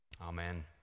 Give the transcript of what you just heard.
Amen